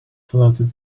floated